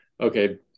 okay